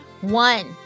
One